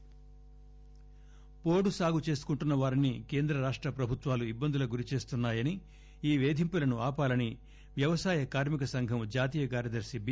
పోడు సాగు పోడు సాగు చేసుకుంటున్న వారిని కేంద్ర రాష్ట ప్రభుత్వాలు ఇబ్బందులకు గురిచేస్తున్నాయని ఈ పేధింపులను ఆపాలని వ్యవసాయ కార్మిక సంఘం జాతీయ కార్యదర్పి బి